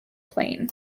plane